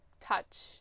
touch